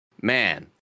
man